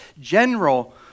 General